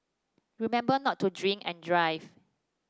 remember not to drink and drive